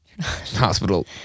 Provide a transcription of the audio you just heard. Hospital